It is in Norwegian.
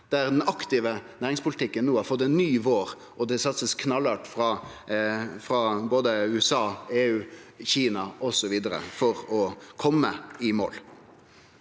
den aktive næringspolitikken no har fått ein ny vår, og det blir satsa knallhardt frå både USA, EU, Kina osv. for å kome i mål.